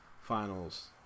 finals